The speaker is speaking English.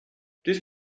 this